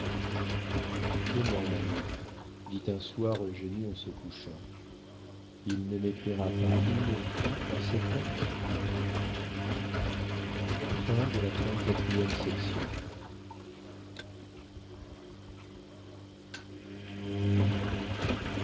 comment nanon dit un soir eugénie en se couchant il ne m'écrira pas une fois en sept ans